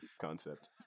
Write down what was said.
concept